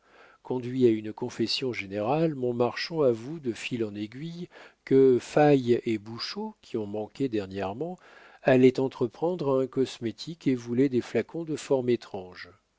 conduit à une confession générale mon marchand avoue de fil en aiguille que faille et bouchot qui ont manqué dernièrement allaient entreprendre un cosmétique et voulaient des flacons de forme étrange